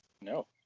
No